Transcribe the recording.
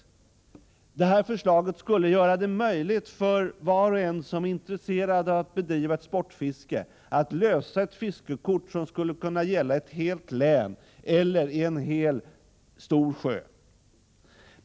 Det här förslaget skulle göra det möjligt för var och en som är intresserad av att bedriva ett sportfiske att lösa ett fiskekort som skulle kunna gälla ett helt län eller i en hel stor sjö.